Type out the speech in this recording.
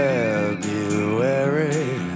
February